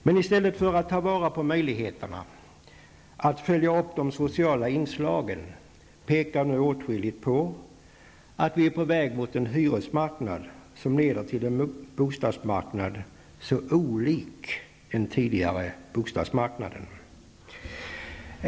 Men i stället för att regeringen tar till vara möjligheterna att följa upp de sociala inslagen pekar nu åtskilligt på att man är på väg mot en hyresmarknad som leder till en bostadsmarknad olik den tidigare.